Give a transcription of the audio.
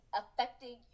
affecting